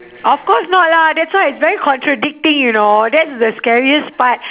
of course not lah that's why it's very contradicting you know that's the scariest part